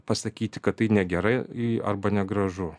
pasakyti kad tai negerai arba negražu